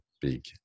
big